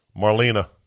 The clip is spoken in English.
Marlena